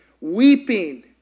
weeping